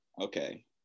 okay